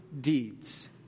deeds